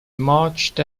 marched